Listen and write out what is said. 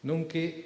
nonché